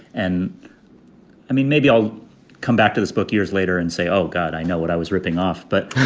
and i mean, maybe i'll come back to this book years later and say, oh, god, i know what i was ripping off. but